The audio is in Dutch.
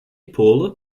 polen